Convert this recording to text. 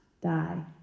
die